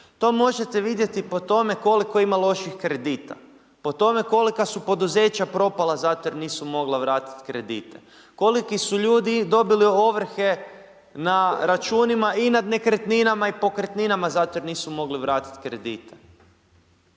To možete vidjeti po tome koliko ima loših kredita, po tome kolika su poduzeća propala zato jer nisu mogla vratiti kredite. Koliki su ljudi dobili ovrhe na računima i nad nekretninama i pokretninama zato jer nisu mogli vratiti kredite.